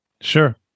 Sure